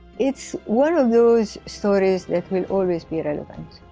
it's one of those stories that will always be relevant.